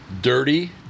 Dirty